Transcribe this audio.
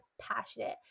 passionate